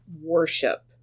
worship